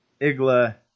Igla